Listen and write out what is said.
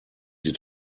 sie